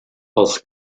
els